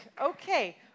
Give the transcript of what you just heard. Okay